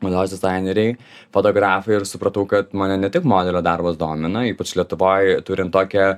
mados dizaineriai fotografai ir supratau kad mane ne tik modelio darbas domina ypač lietuvoj turint tokią